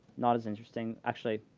not as interesting. actually,